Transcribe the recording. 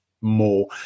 more